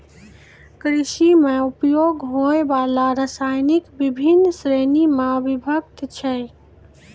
कृषि म उपयोग होय वाला रसायन बिभिन्न श्रेणी म विभक्त छै